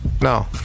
No